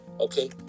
Okay